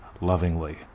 lovingly